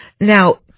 Now